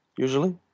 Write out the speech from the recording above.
Usually